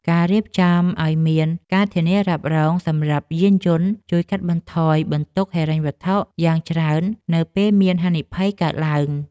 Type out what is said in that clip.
ការរៀបចំឱ្យមានការធានារ៉ាប់រងសម្រាប់យានយន្តជួយកាត់បន្ថយបន្ទុកហិរញ្ញវត្ថុយ៉ាងច្រើននៅពេលមានហានិភ័យកើតឡើង។